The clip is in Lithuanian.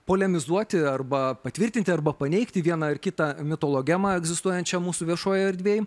polemizuoti arba patvirtinti arba paneigti vieną ar kitą mitologemą egzistuojančią mūsų viešojoj erdvėj